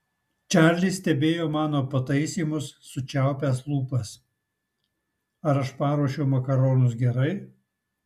čarlis stebėjo mano pataisymus sučiaupęs lūpas ar aš paruošiau makaronus gerai